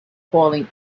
calling